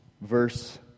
verse